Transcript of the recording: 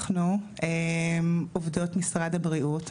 אנחנו עובדות משרד הבריאות,